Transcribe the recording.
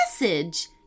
message